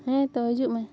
ᱦᱮᱸ ᱛᱚ ᱦᱤᱡᱩᱜ ᱢᱮ